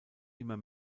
immer